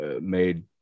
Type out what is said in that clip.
made